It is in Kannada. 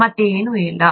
ಮತ್ತೆ ಏನು ಇಲ್ಲ